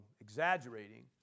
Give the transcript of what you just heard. exaggerating